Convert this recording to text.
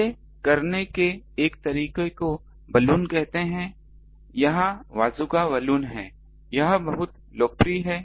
इसे करने के एक तरीके को बलून कहते हैं यह बाज़ूका बलून है यह बहुत लोकप्रिय है